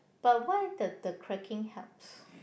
but why the the cracking helps